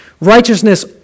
Righteousness